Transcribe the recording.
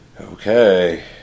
Okay